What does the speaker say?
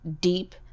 deep